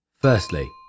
Firstly